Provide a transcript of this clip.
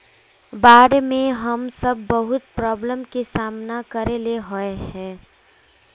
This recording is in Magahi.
बाढ में हम सब बहुत प्रॉब्लम के सामना करे ले होय है?